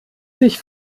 sich